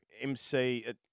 MC